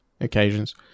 occasions